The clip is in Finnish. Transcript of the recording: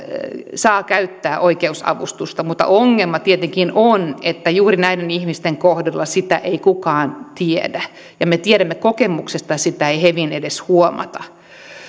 saa käyttää oikeusavustusta mutta ongelma tietenkin on että juuri näiden ihmisten kohdalla sitä ei kukaan tiedä ja me tiedämme kokemuksesta että sitä ei hevin edes huomata